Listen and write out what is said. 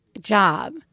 job